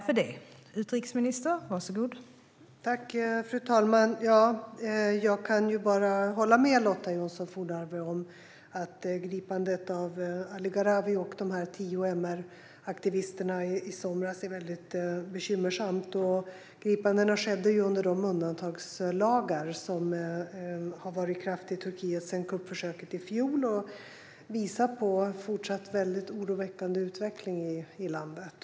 Fru talman! Jag kan bara hålla med Lotta Johnsson Fornarve om att gripandet av Ali Gharavi och de tio MR-aktivisterna i somras är väldigt bekymmersamt. Gripandena skedde under de undantagslagar som har varit i kraft i Turkiet sedan kuppförsöket i fjol och visar på en även fortsättningsvis oroväckande utveckling i landet.